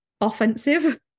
offensive